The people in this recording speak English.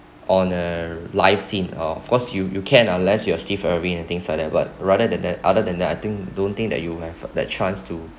on a live scene or of course you you can unless you are steve irwin and things like that but rather than that other than that I think I don't think that you have the chance